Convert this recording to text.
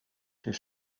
his